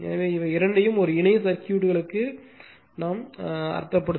எனவே இவை இரண்டையும் ஒரு இணை சர்க்யூட்டுகளுக்கு அர்த்தப்படுத்துகின்றன